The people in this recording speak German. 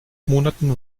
monaten